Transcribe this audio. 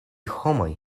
homoj